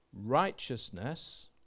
Righteousness